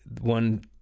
one